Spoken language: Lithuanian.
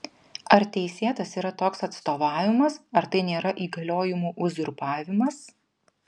ar teisėtas yra toks atstovavimas ar tai nėra įgaliojimų uzurpavimas